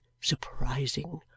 surprising